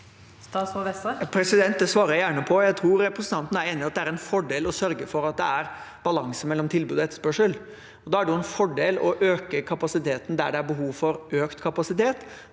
Det svarer jeg gjerne på. Jeg tror representanten er enig i at det er en fordel å sørge for at det er balanse mellom tilbud og etterspørsel. Da er det en fordel å øke kapasiteten der det er behov for økt kapasitet,